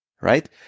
right